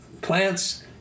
plants